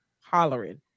hollering